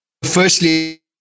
firstly